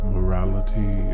Morality